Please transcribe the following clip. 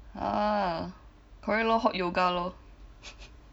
ah correct lor hot yoga lor